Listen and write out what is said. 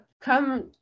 come